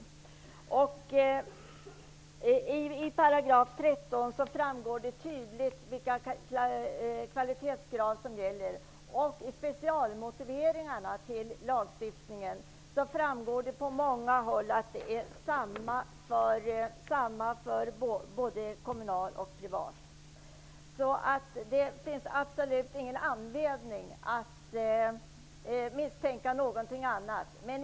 Av 13 b § socialtjänstlagen framgår tydligt vilka kvalitetskrav som gäller. Av specialmotiveringarna till lagstiftningen framgår att det är samma villkor för kommunal och privat barnomsorg. Det finns absolut ingen anledning att misstänka någonting annat.